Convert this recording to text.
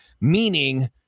meaning